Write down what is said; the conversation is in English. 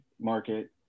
market